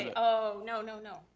oh no no no.